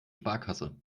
sparkasse